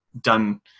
done